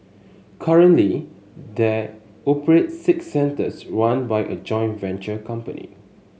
currently they operate six centres run by a joint venture company